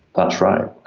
that's right.